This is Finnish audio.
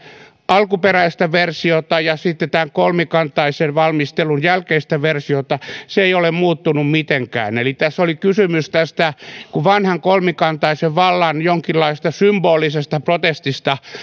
alkuperäistä versiota ja sitten tämän kolmikantaisen valmistelun jälkeistä versiota se ei ole muuttunut mitenkään eli tässä oli kysymys vanhan kolmikantaisen vallan jonkinlaisesta symbolisesta protestista että